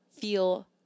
feel